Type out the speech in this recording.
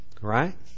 Right